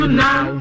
now